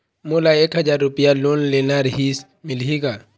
मोला एक हजार रुपया लोन लेना रीहिस, मिलही का?